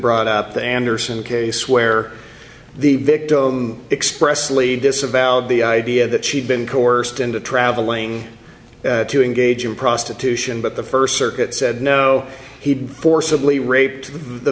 brought up anderson case where the victim expressly disavowed the idea that she'd been coerced into traveling to engage in prostitution but the first circuit said no he forcibly raped the